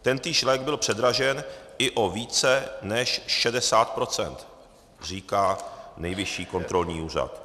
Tentýž lék byl předražen i o více než 60 procent, říká Nejvyšší kontrolní úřad.